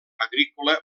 agrícola